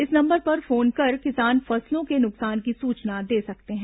इस नंबर पर फोन कर किसान फसलों के नुकसान की सूचना दे सकते हैं